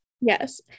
Yes